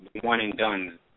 one-and-done